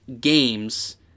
games